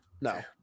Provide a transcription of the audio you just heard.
No